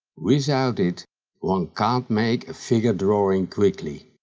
without it one can't make a figure drawing quickly.